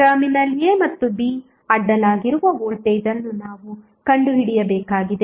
terminal a ಮತ್ತು b ಅಡ್ಡಲಾಗಿರುವ voltage ಅನ್ನು ನಾವು ಕಂಡುಹಿಡಿಯಬೇಕಾಗಿದೆ